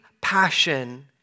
passion